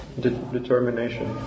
Determination